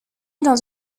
dans